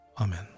Amen